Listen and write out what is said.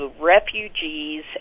refugees